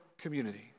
community